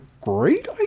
great